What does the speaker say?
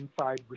inside